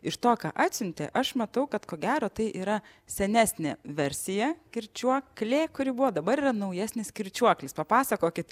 iš to ką atsiuntė aš matau kad ko gero tai yra senesnė versija kirčiuoklė kuri buvo dabar yra naujesnis kirčiuoklis papasakokit